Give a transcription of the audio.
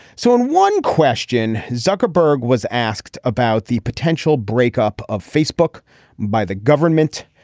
so in one question zuckerberg was asked about the potential breakup of facebook by the government.